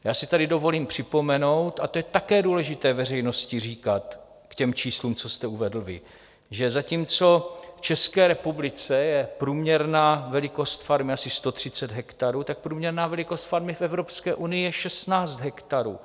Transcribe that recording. Já si tady dovolím připomenout, a to je také důležité veřejnosti říkat k těm číslům, co jste uvedl vy, že zatímco v České republice je průměrná velikost farmy asi 130 hektarů, průměrná velikost farmy v Evropské unii je 16 hektarů.